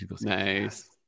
nice